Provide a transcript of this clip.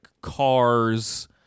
cars